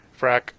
frack